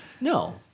No